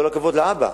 עם כל הכבוד לאבא.